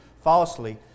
falsely